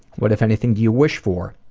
what, if anything, do you wish for?